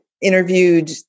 interviewed